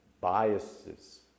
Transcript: biases